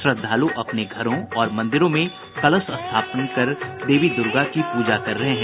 श्रद्दालु अपने घरों और मंदिरों में कलश स्थापन कर देवी दुर्गा की पूजा कर रहे हैं